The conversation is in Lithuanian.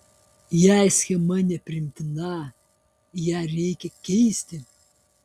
jei schema nepriimtina ją reikia keisti